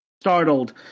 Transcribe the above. startled